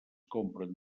compren